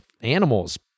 animals